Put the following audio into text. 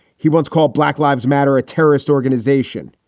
he once called black lives matter a terrorist organization.